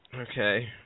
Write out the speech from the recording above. Okay